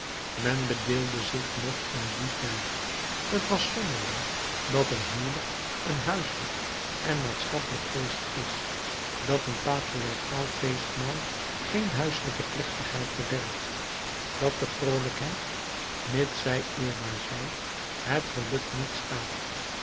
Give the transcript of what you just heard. men verbeeldde zich nog in dien tijd t was zonderling dat een huwelijk een huiselijk en maatschappelijk feest is dat een patriarchaal feestmaal geen huiselijke plechtigheid bederft dat de vroolijkheid mits zij eerbaar zij het geluk niet schaadt